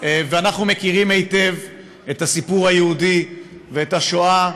אנחנו מכירים היטב את הסיפור היהודי ואת השואה,